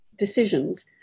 decisions